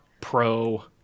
Pro